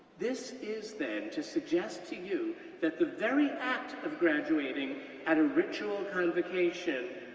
this is then to suggest to you that the very act of graduating at a ritual convocation,